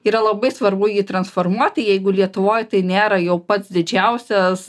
yra labai svarbu jį transformuoti jeigu lietuvoj tai nėra jau pats didžiausias